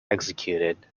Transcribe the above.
executed